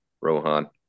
Rohan